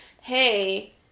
hey